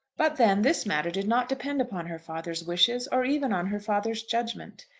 but then this matter did not depend upon her father's wishes or even on her father's judgment.